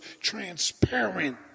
transparent